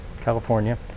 california